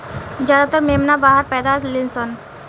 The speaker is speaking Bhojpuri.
ज्यादातर मेमना बाहर पैदा लेलसन